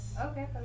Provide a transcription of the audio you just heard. Okay